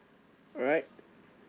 alright